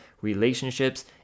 relationships